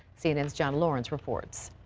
cnn's john lawrence reports.